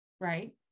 right